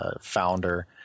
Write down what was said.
founder